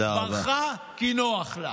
היא ברחה כי נוח לה.